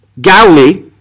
Galilee